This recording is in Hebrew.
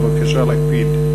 בבקשה להקפיד.